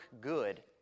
good